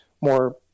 more